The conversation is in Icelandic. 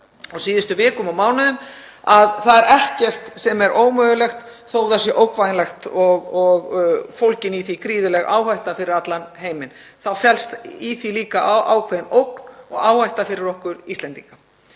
og síðustu vikum og mánuðum að það er ekkert sem er ómögulegt. Þótt það sé ógnvænlegt og fólgin í því gríðarleg áhætta fyrir allan heiminn þá felst í því líka ákveðin ógn og áhætta fyrir okkur Íslendinga.